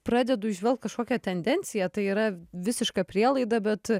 pradedu įžvelgt kažkokią tendenciją tai yra visiška prielaida bet